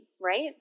right